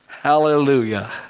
Hallelujah